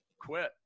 quit